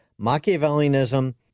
Machiavellianism